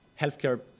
healthcare